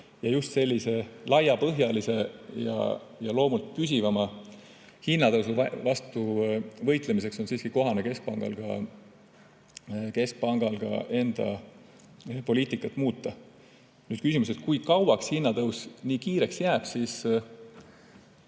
Just sellise laiapõhjalise ja loomult püsivama hinnatõusu vastu võitlemiseks on siiski ka keskpangal kohane enda poliitikat muuta. Nüüd küsimus: kui kauaks hinnatõus nii kiireks jääb? Tõesti,